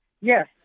Yes